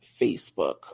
Facebook